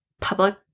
public